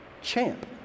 Champ